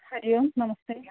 हरिः ओम् नमस्ते